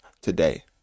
today